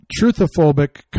truthophobic